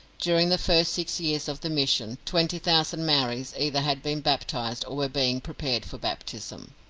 during the first six years of the mission, twenty thousand maoris either had been baptised or were being prepared for baptism.